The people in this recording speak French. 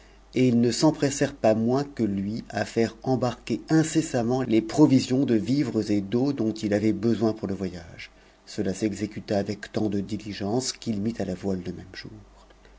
et ils ne s'empressèrent pas moins que lui j irc embarquer incessamment les provisions de vivres et d'eau dont il ait besoin pour le voyage cela s'exécuta avec tant de diligence qu'il a voile le même jour